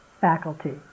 faculty